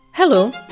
Hello